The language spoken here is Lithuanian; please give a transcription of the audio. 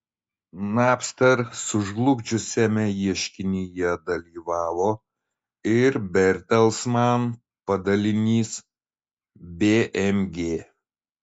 napster sužlugdžiusiame ieškinyje dalyvavo ir bertelsman padalinys bmg